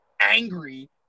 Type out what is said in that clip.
angry